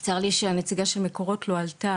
צר לי שהנציגה של מקורות לא עלתה,